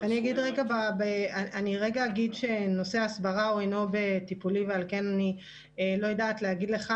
אני אגיד שנושא ההסברה אינו בטיפולי ועל כן אני לא יודעת להגיד לך.